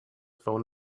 phone